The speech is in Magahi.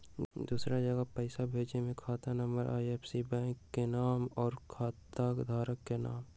दूसरा जगह पईसा भेजे में खाता नं, आई.एफ.एस.सी, बैंक के नाम, और खाता धारक के नाम?